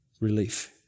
relief